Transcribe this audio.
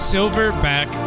Silverback